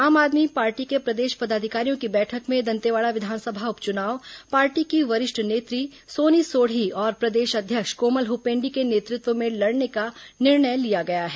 आम आदमी पार्टी के प्रदेश पदाधिकारियों की बैठक में दंतेवाड़ा विधानसभा उप चुनाव पार्टी की वरिष्ठ नेत्री सोनी सोढ़ी और प्रदेश अध्यक्ष कोमल हुपेंडी के नेतृत्व में लड़ने का निर्णय लिया गया हैं